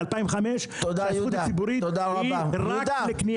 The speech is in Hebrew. ב-2005, שהזכות הציבורית היא רק לקנייה.